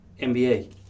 NBA